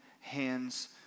hands